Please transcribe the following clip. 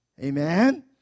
Amen